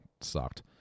sucked